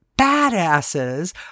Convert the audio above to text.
badasses